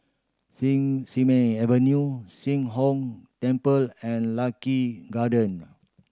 sing Simei Avenue Sheng Hong Temple and Lucky Garden